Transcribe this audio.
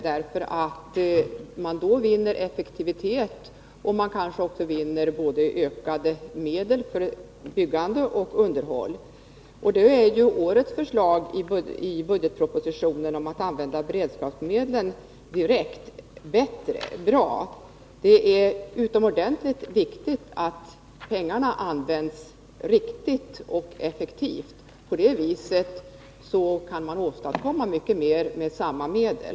Då skulle man vinna i effektivitet och kanske också få ökade medel för både byggande och underhåll. Då är ju årets förslag i budgetpropositionen om att använda beredskapsmedel bra. Det är utomordentligt viktigt att pengarna används riktigt och effektivt. På det viset kan man åstadkomma mycket mer med samma medel.